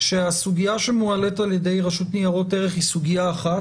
שהסוגיה שמועלית על ידי רשות ניירות ערך היא סוגיה אחת,